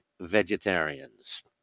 vegetarians